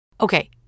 Okay